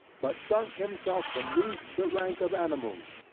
but sunk himself beneath the rank of animals,